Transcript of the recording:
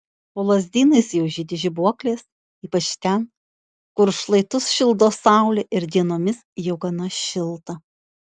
po lazdynais jau žydi žibuoklės ypač ten kur šlaitus šildo saulė ir dienomis jau gana šilta